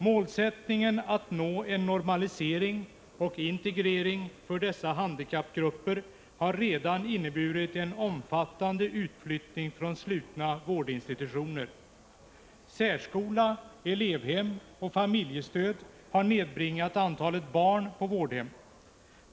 Målsättningen att nå en normalisering och integrering för dessa handikappgrupper har redan inneburit en omfattande utflyttning från slutna vårdinstitutioner. Särskola, elevhem och familjestöd har nedbringat antalet barn på vårdhem.